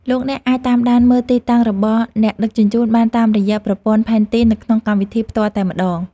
លោកអ្នកអាចតាមដានមើលទីតាំងរបស់អ្នកដឹកជញ្ជូនបានតាមរយៈប្រព័ន្ធផែនទីនៅក្នុងកម្មវិធីផ្ទាល់តែម្តង។